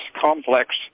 complex